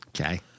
Okay